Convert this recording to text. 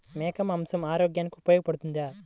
మేక మాంసం ఆరోగ్యానికి ఉపయోగపడుతుందా?